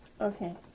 Okay